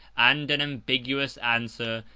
and an ambiguous answer,